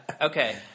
Okay